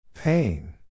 Pain